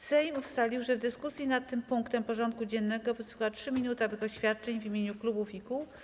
Sejm ustalił, że w dyskusji nad tym punktem porządku dziennego wysłucha 3-minutowych oświadczeń w imieniu klubów i kół.